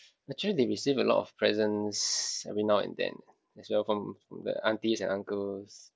actually they receive a lot of presents every now and then as well from the aunties and uncles